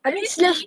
at least 你